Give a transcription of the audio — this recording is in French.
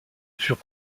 furent